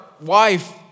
wife